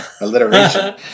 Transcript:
alliteration